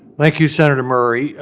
thank you, senator murray.